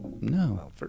No